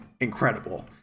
incredible